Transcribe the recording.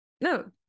no